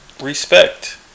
Respect